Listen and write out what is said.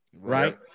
right